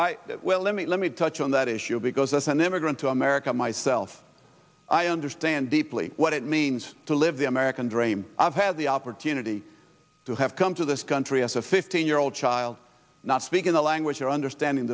senator well let me let me touch on that issue because as an immigrant to america myself i understand deeply what it means to live the american dream i've had the opportunity to have come to this country as a fifteen year old child not speaking the language or understanding